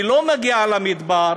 שלא מגיעה למדבר,